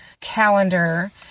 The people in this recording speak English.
calendar